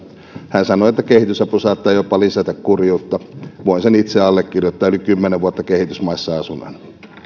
hän sanoo että kehitysapu saattaa jopa lisätä kurjuutta voin sen itse allekirjoittaa yli kymmenen vuotta kehitysmaissa asuneena